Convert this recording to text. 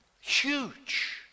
Huge